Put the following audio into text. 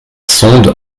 sonde